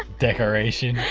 decoration.